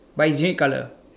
but is red colour